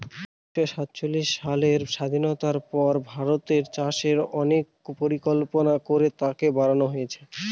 উনিশশো সাতচল্লিশ সালের স্বাধীনতার পর ভারতের চাষে অনেক পরিকল্পনা করে তাকে বাড়নো হয়েছে